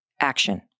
action